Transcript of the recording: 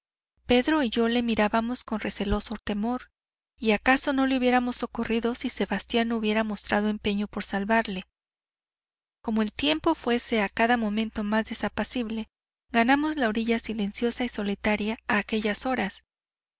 pedro y yo le mirábamos con receloso temor y acaso no le hubiéramos socorrido si sebastián no hubiera mostrado empeño por salvarle como el tiempo fuese a cada momento más desapacible ganamos la orilla silenciosa y solitaria a aquellas horas